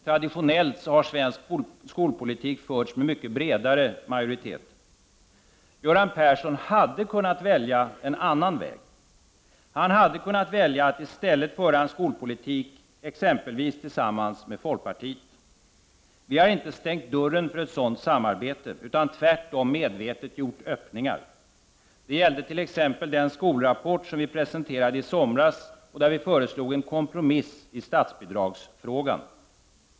Traditionellt har svensk skolpolitik förts med mycket bredare majoritet. Göran Persson hade kunnat välja en annan väg. Han hade kunnat välja att i stället föra en skolpolitik exempelvis tillsammans med folkpartiet. Vi har inte stängt dörren för ett sådant samarbete, utan tvärtom medvetet gjort öppningar. Det gällde t.ex. den skolrapport som vi presenterade i somras där vi föreslog en kompromiss i statsbidragsfrågan.